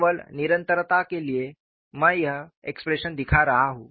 केवल निरंतरता के लिए मैं ये एक्सप्रेशन दिखा रहा हूं